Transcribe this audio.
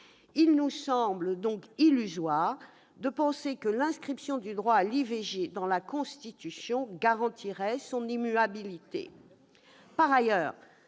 Il semble donc illusoire de penser que l'inscription du droit à l'IVG dans la Constitution garantisse son immuabilité. Par ailleurs,